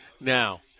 Now